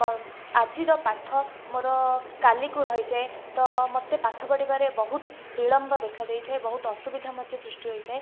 ଆଜିର ପାଠ ମୋର କାଲିକୁ ରହିଯାଏ ତ ମୋତେ ପାଠ ପଢ଼ିବାରେ ବହୁତ ବିଳମ୍ବ ଦେଖା ଦେଇଥାଏ ବହୁତ ଅସୁବିଧା ମଧ୍ୟ ସୃଷ୍ଟି ହୋଇଥାଏ